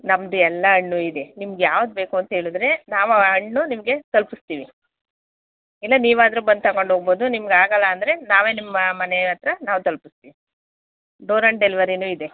ನಮ್ಮ ಎಲ್ಲ ಹಣ್ಣು ಇದೆ ನಿಮಗೆ ಯಾವ್ದು ಬೇಕು ಅಂತ ಹೇಳಿದ್ರೆ ನಾವು ಆ ಹಣ್ಣು ನಿಮಗೆ ತಲುಪಿಸ್ತೀವಿ ಇಲ್ಲ ನೀವಾದರೂ ಬಂದು ತಗೊಂಡ್ ಹೋಗ್ಬೋದು ನಿಮ್ಗೆ ಆಗೋಲ್ಲ ಅಂದರೆ ನಾವೇ ನಿಮ್ಮ ಮನೆ ಹತ್ರ ನಾವೇ ತಲುಪಿಸ್ತೀವಿ ಡೋರ್ ಅಂಡ್ ಡೆಲಿವರಿನೂ ಇದೆ